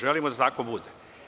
Želimo da tako bude.